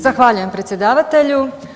Zahvaljujem predsjedavatelju.